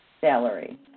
salary